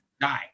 die